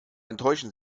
enttäuschen